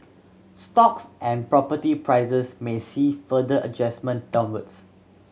stocks and property prices may see further adjustment downwards